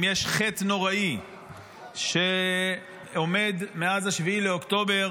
אם יש חטא נוראי שעומד מאז 7 באוקטובר